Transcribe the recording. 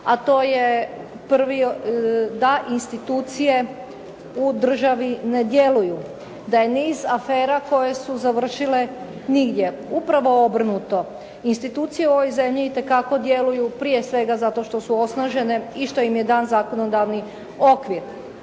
A to je prvi da institucije u državi ne djeluju, da je niz afera koje su završile nigdje. Upravo obrnuto. Institucije u ovoj zemlji itekako djeluju prije svega zato što su osnažene i što im je dan zakonodavni okvir,